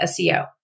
SEO